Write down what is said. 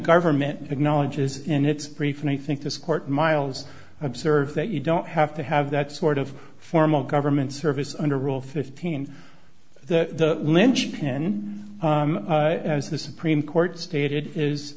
government acknowledges and it's pretty funny think this court miles observes that you don't have to have that sort of formal government service under rule fifteen the lynchpin as the supreme court stated is